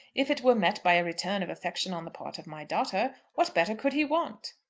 if it were met by a return of affection on the part of my daughter. what better could he want?